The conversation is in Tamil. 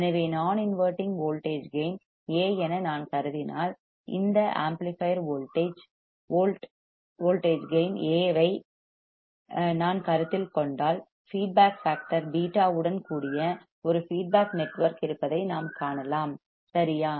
எனவே நான் இன்வெர்ட்டிங் வோல்டேஜ் கேயின் A என நான் கருதினால் இந்த ஆம்ப்ளிபையர் வோல்டேஜ் கேயின் A ஐ நான் கருத்தில் கொண்டால் ஃபீட்பேக் ஃபேக்டர் β உடன் கூடிய ஒரு ஃபீட்பேக் நெட்வொர்க் இருப்பதை நாம் காணலாம் சரியா